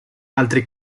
altri